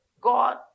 God